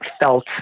felt